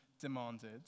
demanded